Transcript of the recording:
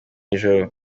ijoro